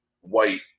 White